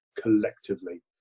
collectively